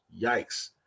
Yikes